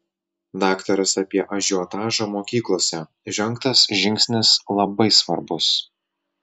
daktaras apie ažiotažą mokyklose žengtas žingsnis labai svarbus